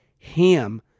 ham